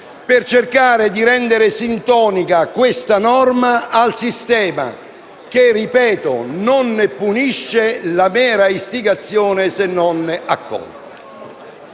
per cercare di rendere questa norma sintonica al sistema che, ripeto, non punisce la mera istigazione se non accolta.